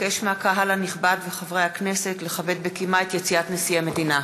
אבקש מהקהל הנכבד וחברי הכנסת לכבד בקימה את יציאת נשיא המדינה.